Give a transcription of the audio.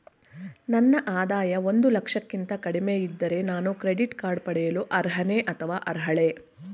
ನನ್ನ ಆದಾಯ ಒಂದು ಲಕ್ಷಕ್ಕಿಂತ ಕಡಿಮೆ ಇದ್ದರೆ ನಾನು ಕ್ರೆಡಿಟ್ ಕಾರ್ಡ್ ಪಡೆಯಲು ಅರ್ಹನೇ ಅಥವಾ ಅರ್ಹಳೆ?